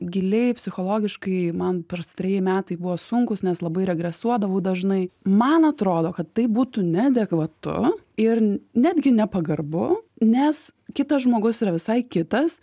giliai psichologiškai man pastari metai buvo sunkūs nes labai regresuodavau dažnai man atrodo kad tai būtų neadekvatu ir netgi nepagarbu nes kitas žmogus yra visai kitas